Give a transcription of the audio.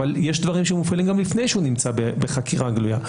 יש דברים שמופעלים גם לפני שהוא נמצא בחקירה גלויה.